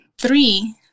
three